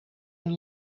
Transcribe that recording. een